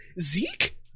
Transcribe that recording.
Zeke